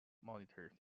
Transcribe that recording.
monitors